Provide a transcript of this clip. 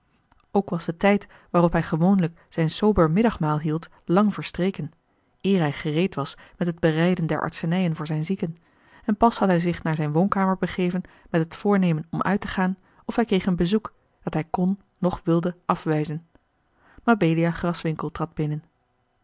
ook was de tijd waarop hij gewoonlijk zijn sober middagmaal hield lang verstreken eer hij gereed was met het bereiden der artsenijen voor zijne zieken en pas had hij zich naar zijne woonkamer begeven met het voornemen om uit te gaan of hij kreeg een bezoek dat hij kon noch wilde afwijzen mabelia graswinckel trad binnen